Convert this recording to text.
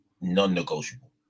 non-negotiable